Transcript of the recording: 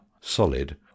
solid